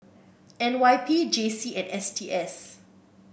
N Y P J C and S T S